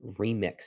remix